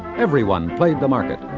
everyone played the market.